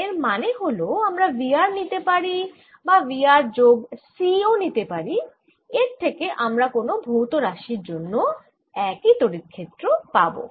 এর মানে হল আমরা V r নিতে পারি বা V r যোগ C ও নিতে পারি এর থেকে আমরা কোন ভৌত রাশির জন্য একই তড়িৎ ক্ষেত্র পাবো